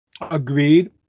Agreed